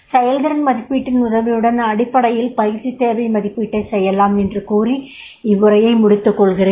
செயல்திறன் மதிப்பீட்டின் உதவியுடன் அடிப்படையில் பயிற்சித் தேவை மதிப்பீட்டைச் செய்யலாம் என்று கூறி இவ்வுரையை முடித்துக் கொள்கிறேன்